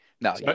No